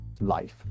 life